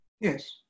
Yes